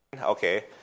okay